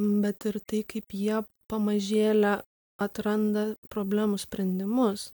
bet ir tai kaip jie pamažėle atranda problemų sprendimus